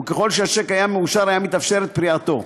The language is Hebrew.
וככל שהשיק היה מאושר הייתה מתאפשרת פריעתו.